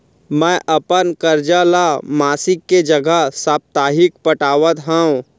मै अपन कर्जा ला मासिक के जगह साप्ताहिक पटावत हव